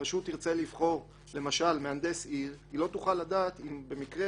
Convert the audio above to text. כשהרשות תרצה לבחור למשל מהנדס עיר היא לא תוכל לדעת אם במקרה